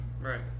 Right